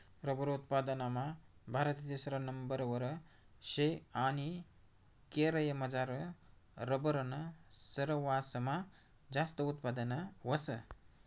rubber उत्पादनमा भारत तिसरा नंबरवर शे आणि केरयमझार रबरनं सरवासमा जास्त उत्पादन व्हस